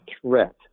threat